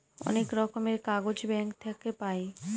অনেক রকমের কাগজ ব্যাঙ্ক থাকে পাই